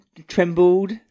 trembled